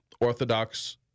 Orthodox